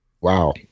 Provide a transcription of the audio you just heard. wow